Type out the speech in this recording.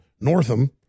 Northam